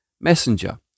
messenger